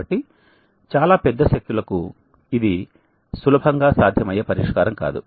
కాబట్టి చాలా పెద్ద శక్తులకు ఇది సులభంగా సాధ్యమయ్యే పరిష్కారం కాదు